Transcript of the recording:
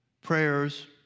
prayers